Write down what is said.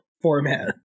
format